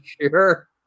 Sure